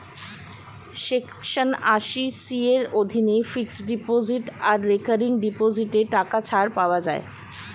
section আশি C এর অধীনে ফিক্সড ডিপোজিট আর রেকারিং ডিপোজিটে টাকা ছাড় পাওয়া যায়